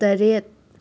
ꯇꯔꯦꯠ